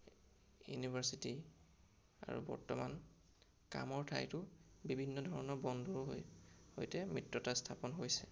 university আৰু বৰ্তমান কামৰ ঠাইতো বিভিন্ন ধৰণৰ বন্ধুৰ সৈ সৈতে মিত্ৰতা স্থাপন হৈছে